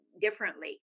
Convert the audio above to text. differently